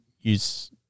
use